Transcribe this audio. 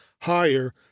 higher